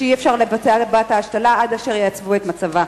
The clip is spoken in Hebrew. שאי-אפשר לבצע בה את ההשתלה עד אשר ייצבו את מצבה.